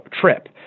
trip